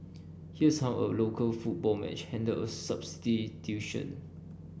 here's how a local football match handled a substitution